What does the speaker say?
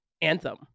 anthem